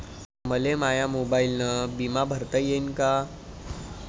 मले माया मोबाईलनं बिमा भरता येईन का?